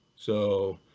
so,